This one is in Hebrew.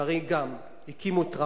והרי הקימו את טרכטנברג,